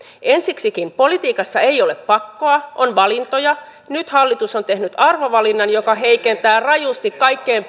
ensiksikin politiikassa ei ole pakkoa on valintoja nyt hallitus on tehnyt arvovalinnan joka heikentää rajusti kaikkein